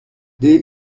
des